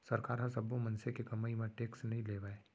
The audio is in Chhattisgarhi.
सरकार ह सब्बो मनसे के कमई म टेक्स नइ लेवय